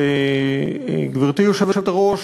גברתי היושבת-ראש,